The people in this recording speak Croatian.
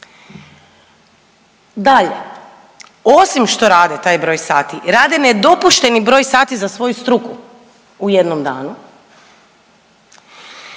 Dalje, osim što rade taj broj sati rade nedopušteni broj sati za svoju struku u jednom danu.